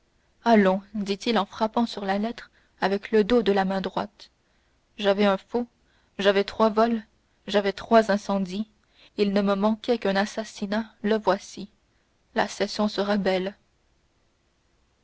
allons dit-il en frappant sur la lettre avec le dos de la main droite j'avais un faux j'avais trois vols j'avais trois incendies il ne me manquait qu'un assassinat le voici la session sera belle